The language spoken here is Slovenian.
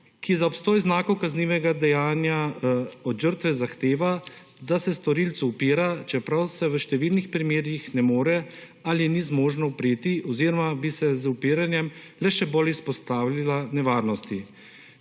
ki za obstoj znakov kaznivega dejanja od žrtve zahteva, da se storilcu upira, čeprav se v številnih primerih ne more ali ni zmožno upreti oziroma bi se z upiranjem le še bolj izpostavila nevarnosti.